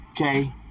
okay